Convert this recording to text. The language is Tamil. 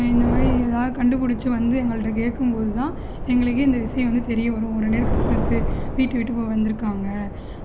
இந்தமாதிரி எதாவுது கண்டுபிடிச்சி வந்து எங்கள்கிட்ட கேட்கும் போதுதான் எங்களுக்கே இந்த விஷயம் வந்து தெரிய வரும் அவங்க ரெண்டு பேரும் கப்புள்ஸு வீட்டை விட்டு வந்திருக்காங்க